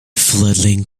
fledgling